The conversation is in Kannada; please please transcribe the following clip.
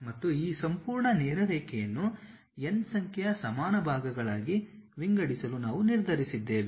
ಮತ್ತು ಈ ಸಂಪೂರ್ಣ ನೇರ ರೇಖೆಯನ್ನು n ಸಂಖ್ಯೆಯ ಸಮಾನ ಭಾಗಗಳಾಗಿ ವಿಂಗಡಿಸಲು ನಾವು ನಿರ್ಧರಿಸಿದ್ದೇವೆ